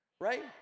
right